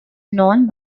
known